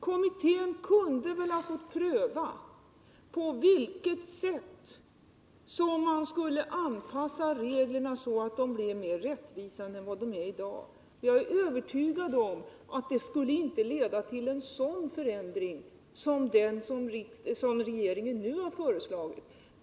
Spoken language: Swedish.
Kommittén kunde väl ha fått pröva på vilket sätt man skulle anpassa reglerna så att de blev mer rättvisande än de är i dag. Jag är övertygad om att det inte skulle leda till en sådan förändring som den som regeringen nu har föreslagit.